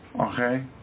okay